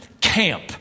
camp